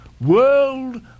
world